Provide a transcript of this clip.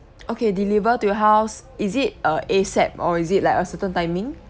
okay deliver to your house is it err ASAP or is it like a certain timing